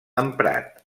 emprat